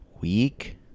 week